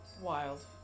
Wild